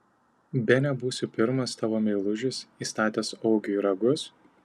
bene būsiu pirmas tavo meilužis įstatęs augiui ragus